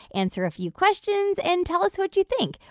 answer a few questions. and tell us what you think.